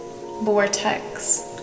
vortex